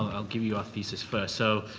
i' ll give you our thesis first. so,